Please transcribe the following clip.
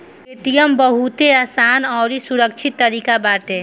Paytm बहुते आसान अउरी सुरक्षित तरीका बाटे